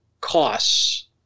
costs